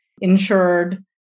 insured